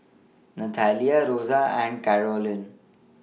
Nathalia Rosa and Carolyn